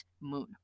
moon